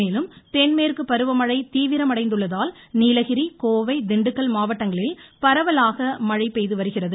மேலும் தென்மேற்கு பருவமழை தீவிரமடைந்துள்ளதால் நீலகிரி கோவை திண்டுக்கல் மாவட்டங்களில் பரவலாக மழை பெய்து வருகிறது